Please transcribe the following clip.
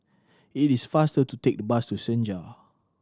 it is faster to take the bus to Senja